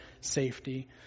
safety